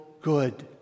good